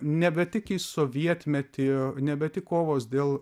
nebe tik į sovietmetį nebe tik kovos dėl